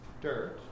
dirt